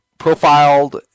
profiled